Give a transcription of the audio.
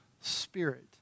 spirit